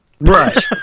Right